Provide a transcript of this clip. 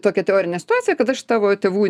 tokią teorinę situaciją kad aš tavo tėvų